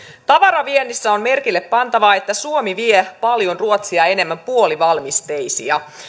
tavaraviennissä on merkille pantavaa että suomi vie paljon ruotsia enemmän puolivalmisteita